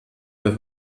der